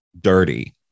dirty